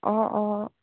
অঁ অঁ